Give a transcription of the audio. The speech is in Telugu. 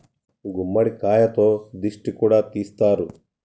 గుమ్మడికాయతో దిష్టి కూడా తీస్తారు